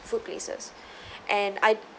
food places and I